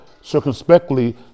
circumspectly